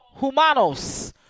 Humanos